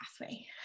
pathway